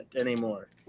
anymore